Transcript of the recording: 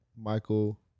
Michael